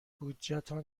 بودجهتان